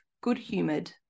good-humoured